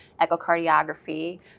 echocardiography